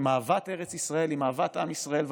עם אהבת ארץ ישראל ועם אהבת עם ישראל,